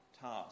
task